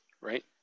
Right